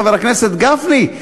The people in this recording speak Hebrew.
חבר הכנסת גפני,